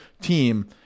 team